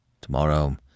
Tomorrow